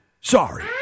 Sorry